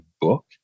book